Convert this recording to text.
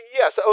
yes